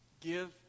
Give